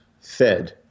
fed